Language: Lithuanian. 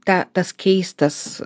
tą tas keistas